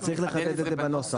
אז צריך לחדד את זה בנוסח.